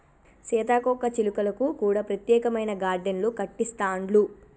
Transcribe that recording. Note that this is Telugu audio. సీతాకోక చిలుకలకు కూడా ప్రత్యేకమైన గార్డెన్లు కట్టిస్తాండ్లు